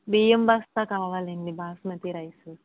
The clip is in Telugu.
బియ్యం బస్తా కావాలి అండి బాస్మతి రైసు